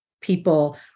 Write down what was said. people